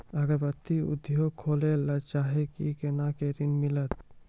अगरबत्ती उद्योग खोले ला चाहे छी कोना के ऋण मिलत?